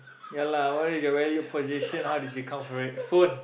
ya lah what is your value position how did you come for it forth